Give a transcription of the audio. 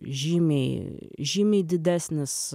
žymiai žymiai didesnis